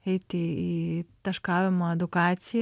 eiti į taškavimo edukaciją